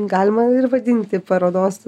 galima ir vadinti parodos